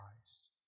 Christ